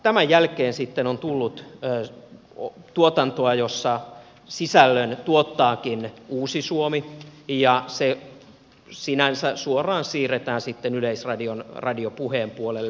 tämän jälkeen sitten on tullut tuotantoa jossa sisällön tuottaakin uusi suomi ja se sinänsä suoraan siirretään sitten yleisradion radio puheen puolelle